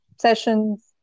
sessions